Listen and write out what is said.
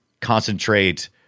concentrate